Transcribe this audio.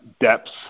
depths